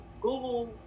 Google